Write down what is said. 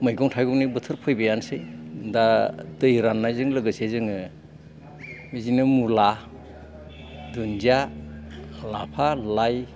मैगं थाइगंनि बोथोर फैबायानोसै दा दै राननायजों लोगोसे जोङो बिदिनो मुला दुनदिया लाफा लाय